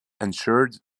ensured